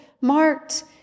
marked